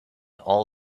all